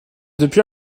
depuis